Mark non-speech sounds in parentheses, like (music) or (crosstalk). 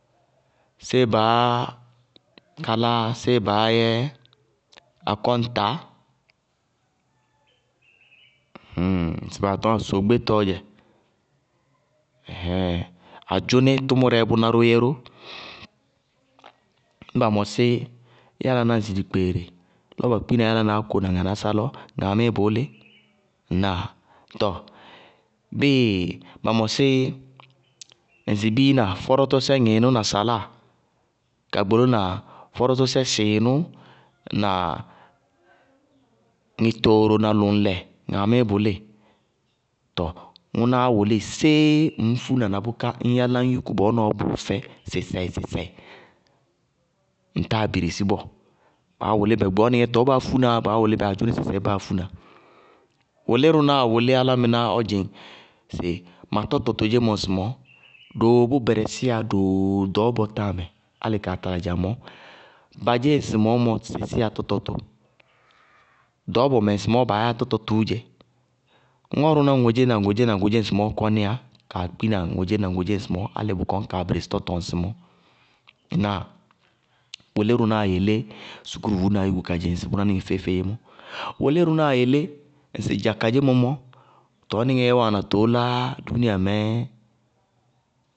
Séé baá kalá séé baá yɛ akɔñtaá? (noise) (hesitation) ŋsɩ baa tɔñŋá sɩ sogbétɔɔ dzɛ. Adzʋní tʋmʋrɛɛ bʋná ró yɛ ró. Ñŋsɩ ba mɔsí yálaná ŋsɩ dikpeere, lɔ ba kpína yálaná áko na ŋanásá lɔ, ŋaamíí bʋʋ lí? Ŋnáa? Tɔɔ bíɩ ba mɔsí (noise) ŋsɩ biina fɔrɔtɔsɛ ŋɩɩnʋ na saláa ka gbolóna fɔrɔtɔsɛ sɩɩnʋ na ŋɩtooro na lʋŋlɛ, ŋaamɩɩ bʋ líɩ? Tɔɔ ŋʋnáá wʋlí séé ŋñ fúna na bʋká ñ yálá ñ yúkú bɔɔ bʋʋ fɛ sɩsɛɩ- sɩsɛɩ? Ŋtáa birisí bɔɔ, baá wʋlí bɛ gbɔɔnɩŋɛ tɔɔ báá fúna, baá wʋlí bɛ adzʋnísɛ sɛɛ báá fúna. Wʋlírʋnáa wʋlí álámɩná ɔ dzɩŋ sɩ ma tɔtɔ todzé ŋsɩmɔɔ, doo bʋ bɛrɛsíyá doo ɖɔɔbɔ táamɛ álɩ kaa tala dza mɔɔ, badzé ŋsɩmɔɔ mɔ sísíyá tɔtɔ tʋ ɖɔɔbɔ mɛ ŋsɩmɔɔɔ baá tɔtɔ tʋʋ dzé. Ŋɔrʋná ŋodzé na ŋodzé na ŋodzé kɔníya kaa kpina ŋodzé na ŋodzé ŋsɩmɔɔ álɩ bʋ kɔñ kaa bɩrɩsɩ tɔtɔ ŋsɩmɔɔ. Ŋnáa? (noise) Wʋlírʋnáa yelé sukúruvuúna yúkú ka dzɩŋ ŋsɩ bʋná nɩŋɛ feé-feé mɔ. Wʋlírʋnáa yelé, ŋsɩ dza kadzémɔ mɔ, tɔɔ nɩŋɛɛ wáana tʋʋ lá dúúniamɛɛ.